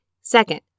Second